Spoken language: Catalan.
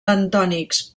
bentònics